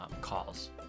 calls